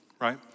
right